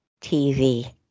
TV